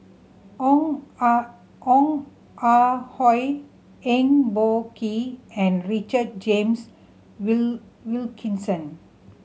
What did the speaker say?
Ong Ah Ong Ah Hoi Eng Boh Kee and Richard James Wilkinson